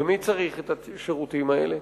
ומי צריך את השירותים האלה?